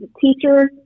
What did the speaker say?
teachers